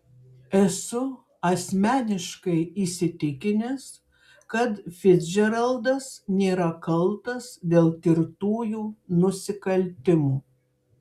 esu asmeniškai įsitikinęs kad ficdžeraldas nėra kaltas dėl tirtųjų nusikaltimų